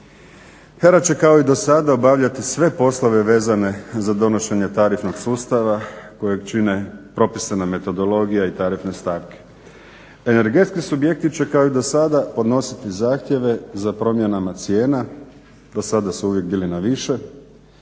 HERA će kao i do sada obavljati sve poslove vezane za donošenje tarifnog sustava kojeg čine propisana metodologija i tarifne stavke. Energetski subjekti će kao i do sada podnositi zahtjeve za promjenama cijena, do sada su uvijek bili na više